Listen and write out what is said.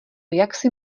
jaksi